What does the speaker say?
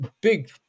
big